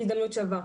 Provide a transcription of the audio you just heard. הזדמנות שווה,